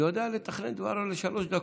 הוא יודע לתכנן את דבריו לשלוש דקות.